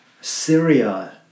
Syria